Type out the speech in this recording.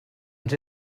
ens